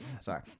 Sorry